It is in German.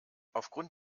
aufgrund